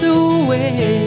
away